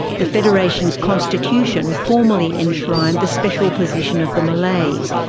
the federation's constitution formally enshrined the special position of the malays,